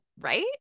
right